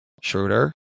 Schroeder